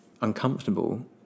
uncomfortable